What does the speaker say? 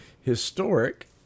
historic